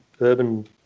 urban